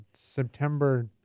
September